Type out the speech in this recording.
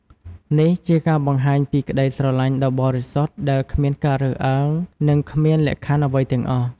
នេះជាការបង្ហាញពីក្តីស្រឡាញ់ដ៏បរិសុទ្ធដែលគ្មានការរើសអើងនិងគ្មានលក្ខខណ្ឌអ្វីទាំងអស់។